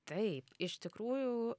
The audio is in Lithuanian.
taip iš tikrųjų